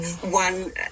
one